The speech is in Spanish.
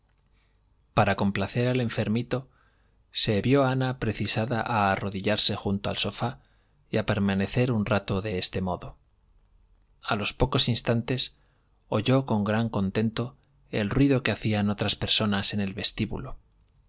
para complacer al enfermito se vió ana precisada a arrodillarse junto al sofá y a permanecer un rato de este modo a los pocos instantes oyó con gran contento el ruido que hacían otras personas en el vestíbulo